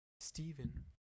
Stephen